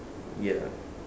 ya